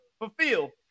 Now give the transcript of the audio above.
Fulfill